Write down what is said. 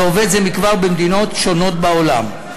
ועובד זה מכבר במדינות שונות בעולם.